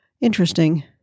Interesting